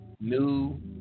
new